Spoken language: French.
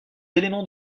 éléments